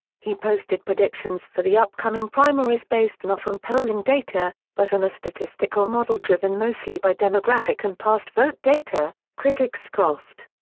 he posted predictions for the upcoming primaries based not on polling data, but on a statistical model driven mostly by demographic and past vote data. critics scoffed.